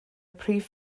prif